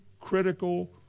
critical